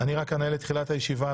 אני רק אנהל את תחילת הישיבה,